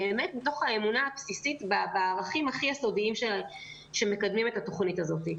באמת מתוך האמונה הבסיסית בערכים הכי יסודיים שמקדמים את התוכנית הזאת.